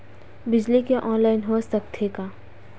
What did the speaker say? बिजली के ऑनलाइन हो सकथे का?